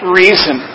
reason